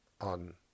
on